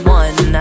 one